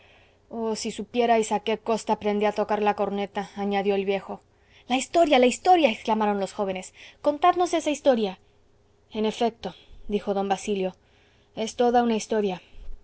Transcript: oh si supierais a qué costa aprendí a tocar la corneta añadió el viejo la historia la historia exclamaron los jóvenes contadnos esa historia en efecto dijo d basilio es toda una historia